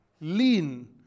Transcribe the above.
lean